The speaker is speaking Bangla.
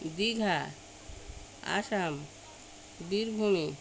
দীঘা আসাম বীরভূম